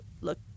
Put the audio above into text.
look